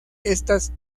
estas